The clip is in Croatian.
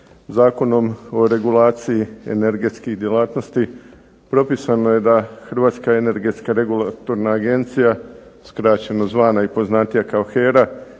Zakonom o regulaciji energetskih djelatnosti propisano je da Hrvatska energetska regulatorna agencija, skraćeno zvana i poznatija kao HERA